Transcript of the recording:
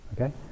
Okay